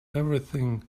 everything